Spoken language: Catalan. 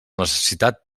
necessitat